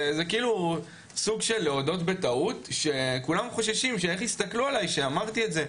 זה סוג של להודות בטעות שכולם חוששים שאייך יסתכלו עלי שאמרתי את זה,